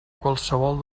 qualsevol